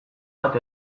bat